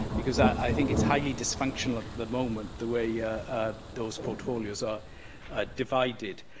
because i think it's highly dysfunctional at the moment, the way yeah ah those portfolios are divided?